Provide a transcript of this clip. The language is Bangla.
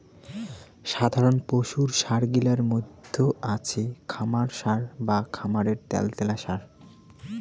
সাধারণ পশুর সার গিলার মইধ্যে আছে খামার সার বা খামারের ত্যালত্যালা সার